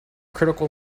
critical